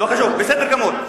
לא חשוב, בסדר גמור.